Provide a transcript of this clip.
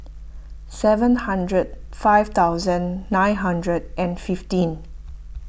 seven hundred five thousand nine hundred and fifteen